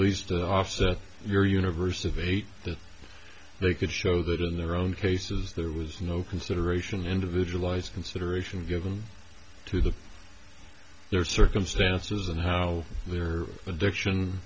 least offset your universe of eight that they could show that in their own cases there was no consideration individualized consideration given to them their circumstances and how their addiction